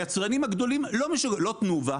היצרנים הגדולים לא משוקפים לא תנובה,